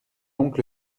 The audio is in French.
donc